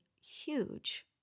huge